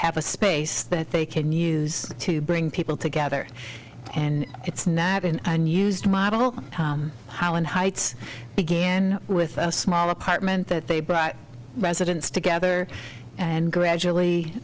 have a space that they can use to bring people together and it's not in and used to model island heights begin with a small apartment that they brought residence together and gradually